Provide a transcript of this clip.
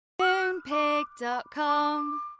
Moonpig.com